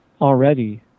Already